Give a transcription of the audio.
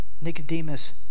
Nicodemus